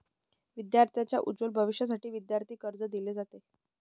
विद्यार्थांच्या उज्ज्वल भविष्यासाठी विद्यार्थी कर्ज दिले जाते